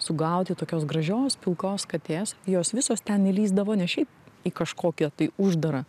sugauti tokios gražios pilkos katės jos visos ten įlįsdavo ne šiaip į kažkokią tai uždarą